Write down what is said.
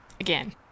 Again